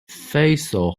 faisal